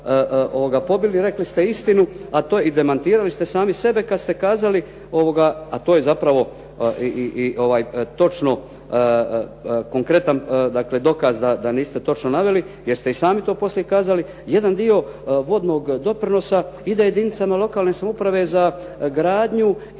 pobili, rekli ste istinu, i demantirali ste sami sebe kad ste kazali, a to je zapravo i točno konkretan dakle dokaz da niste točno naveli, jer ste i sami to poslije kazali, jedan dio vodnog doprinosa ide jedinicama lokalne samouprave za gradnju i